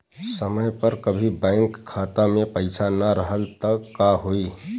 समय पर कभी बैंक खाता मे पईसा ना रहल त का होई?